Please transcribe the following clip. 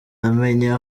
amenya